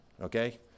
okay